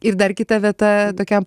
ir dar kita vieta tokiam